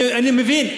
אני מבין,